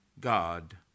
God